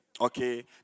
Okay